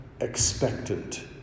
expectant